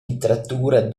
litteratura